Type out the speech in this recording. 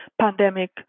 pandemic